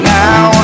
now